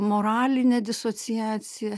moralinę disociaciją